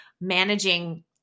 managing